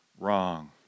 wrong